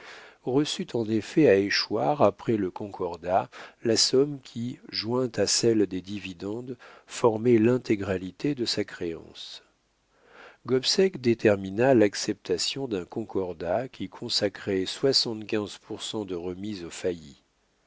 reçut en effets à échoir après le concordat la somme qui jointe à celle des dividendes formait l'intégralité de sa créance gobseck détermina l'acceptation d'un concordat qui consacrait soixante-quinze pour cent de remise